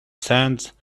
sands